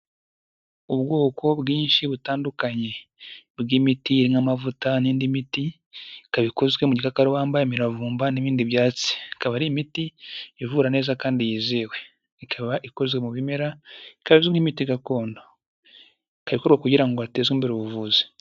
Ubwoko bwinshi butandukanye bw'imiti nk'amavuta n'indi miti, ikaba ikozwe mu gikakarubamba, imiravumba n'ibindi byatsi. Ikaba ari imiti ivura neza kandi yizewe ikaba ikozwe mu bimera ikaba izwi nk'imiti gakondo, ikaba ikora kugirango ngo bateze imbere ubuvuzi.